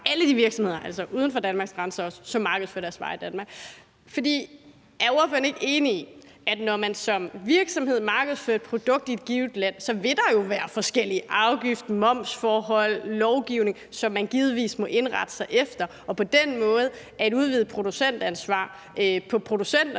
alle de virksomheder, altså også uden for Danmarks grænser, som markedsfører deres varer i Danmark, lidt ud. Er ordføreren ikke enig i, at når man som virksomhed markedsfører et produkt i et givet land, så vil der jo være forskellige afgifts- og momsforhold og lovgivning, som man givetvis må indrette sig efter, og at et udvidet producentansvar på producenterne